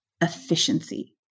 efficiency